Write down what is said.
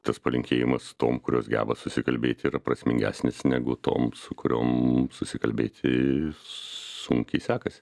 tas palinkėjimas tom kurios geba susikalbėti yra prasmingesnis negu toms kuriom susikalbėti sunkiai sekasi